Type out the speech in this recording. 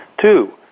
Two